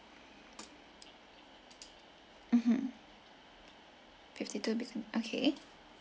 mmhmm fifty two beacon okay